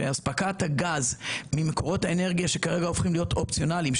שאספקת הגז ממקורות האנרגיה שכרגע הופכים להיות אופציונליים,